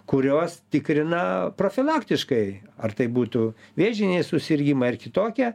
kurios tikrina profilaktiškai ar tai būtų vėžiniai susirgimai ar kitokie